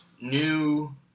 new